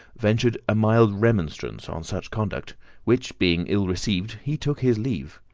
ventured a mild remonstrance on such conduct which, being ill-received, he took his leave.